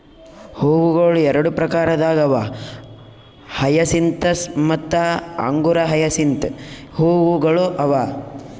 ಹೂವುಗೊಳ್ ಎರಡು ಪ್ರಕಾರದಾಗ್ ಅವಾ ಹಯಸಿಂತಸ್ ಮತ್ತ ಅಂಗುರ ಹಯಸಿಂತ್ ಹೂವುಗೊಳ್ ಅವಾ